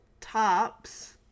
tops